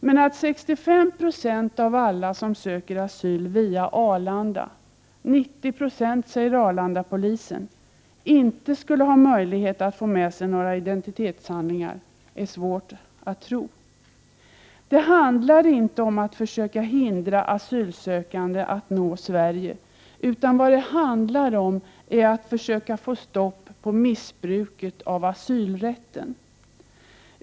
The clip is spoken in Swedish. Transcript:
Men att 65 90 av alla som söker asyl via Arlanda, 90 20 säger Arlandapolisen, inte skulle ha möjlighet att få med sig några identitetshandlingar är svårt att tro. Det handlar inte om att försöka hindra asylsökande att nå Sverige, utan om att försöka få stopp på missbruket av asylrätten.